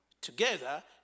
together